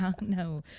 No